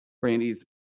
Brandy's